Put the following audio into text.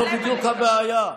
זו בדיוק הבעיה.